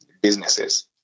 businesses